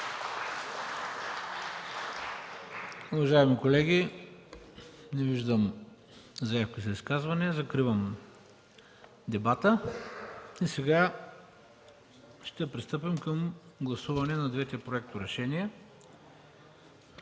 Уважаеми колеги, не виждам заявки за изказвания. Закривам дебата. Ще пристъпим към гласуване на двете проекторешения.